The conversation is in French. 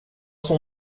son